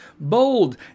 Bold